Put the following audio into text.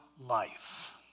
life